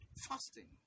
fasting